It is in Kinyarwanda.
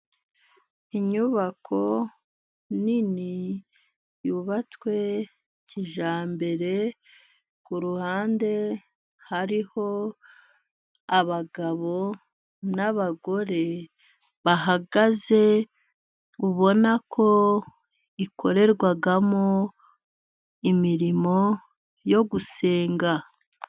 Inyubako nini yubatswe kijyambere. K.u ruhande hariho abagabo n' abagore bahagaze ubona ko ikorerwamo imirimo yo gusenga.